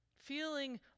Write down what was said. Feeling